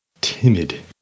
Timid